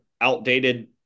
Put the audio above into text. outdated